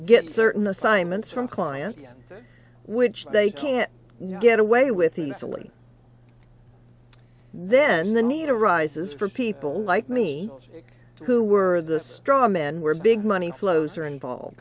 get certain assignments from clients which they can't get away with easily then the need arises for people like me who were the straw men were big money flows are involved